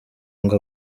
ngo